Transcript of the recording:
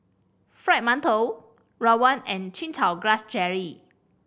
Fried Mantou rawon and Chin Chow Grass Jelly